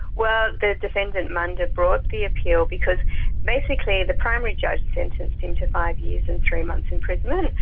well, the defendant munda brought the appeal because basically the primary judge sentenced him to five years and three months imprisonment.